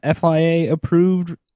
FIA-approved